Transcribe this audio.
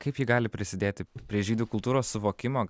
kaip ji gali prisidėti prie žydų kultūros suvokimo